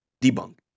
Debunk